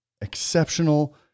exceptional